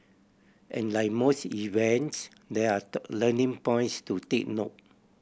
and like most events there are learning points to take note